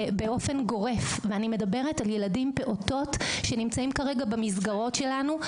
אני מדברת על פעוטות שנמצאים כרגע במסגרות שלנו,